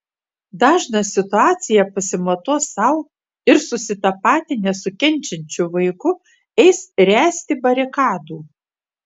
dažnas situaciją pasimatuos sau ir susitapatinęs su kenčiančiu vaiku eis ręsti barikadų